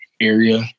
area